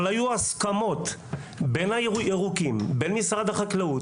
היו הסכמות בין הירוקים לבין משרד החקלאות